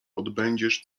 odbędziesz